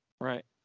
Right